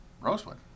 Rosewood